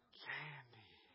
candy